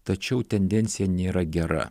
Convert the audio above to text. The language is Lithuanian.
tačiau tendencija nėra gera